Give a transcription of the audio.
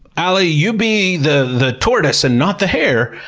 alie, you be the the tortoise and not the hare.